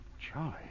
Charlie